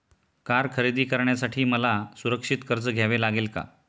Car खरेदी करण्यासाठी मला सुरक्षित कर्ज घ्यावे लागेल का?